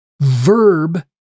verb